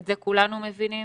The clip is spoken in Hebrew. את זה כולנו מבינים,